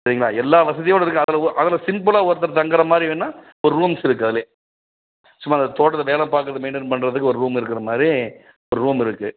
சரிங்களா எல்லாம் வசதியோடய இருக்குது அதில் ஒ அதில் சிம்பிளாக ஒருத்தர் தங்கிற மாதிரி வேண்ணா ஒரு ரூம்ஸ் இருக்குது அதிலே சும்மா இந்த தோட்டத்து வேலை பார்க்கறது மெயின்டென் பண்ணுறத்துக்கு ஒரு ரூம் இருக்கிற மாதிரி ரூம் இருக்குது